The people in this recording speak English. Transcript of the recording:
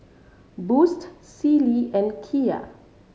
Boost Sealy and Kia